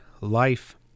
life